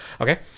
Okay